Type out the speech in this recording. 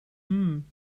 hmm